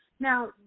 Now